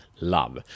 love